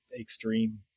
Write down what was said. extreme